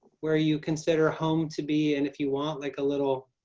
where you consider home to be and if you want like a little